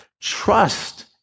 Trust